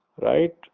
right